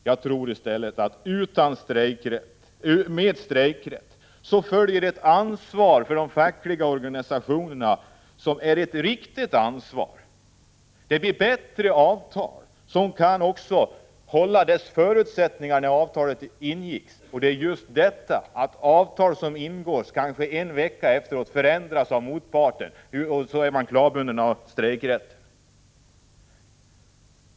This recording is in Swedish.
Jag tror i stället att med strejkrätt följer ett ansvar för de fackliga organisationerna, ett riktigt ansvar. Det blir bättre avtal och också möjlighet att upprätthålla de förutsättningar som gällde när avtalet ingicks. Som det nu är, kan ingångna avtal inom en vecka förändras av motparten, och de anställda är klavbundna av strejkförbudet.